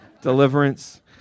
deliverance